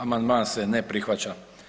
Amandman se ne prihvaća.